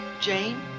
Jane